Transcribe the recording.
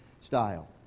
style